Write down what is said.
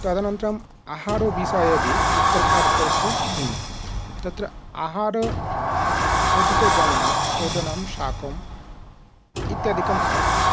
तदनन्तरम् आहारविषये अपि उत्तरभारतस्य भिन्नम् तत्र आहार अधिकजनः ओदनं शाकम् इत्यादिकं खादति